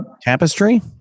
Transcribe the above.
tapestry